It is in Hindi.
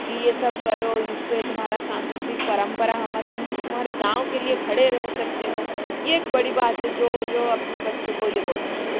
कि यह सब करो इससे तुम्हारा सांस्क्रुतिक परम्परा हम तुम तुम्हारे गाँव के लिए खड़े रह सकते हो यह एक बड़ी बात है जो जो अपने बच्चों को यह बोलते हे